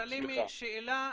סלים, שאלה.